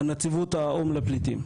נציבות האו"ם לפליטים.